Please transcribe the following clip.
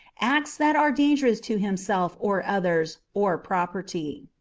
acts that are dangerous to himself or others, or property.